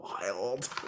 wild